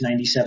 97